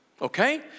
Okay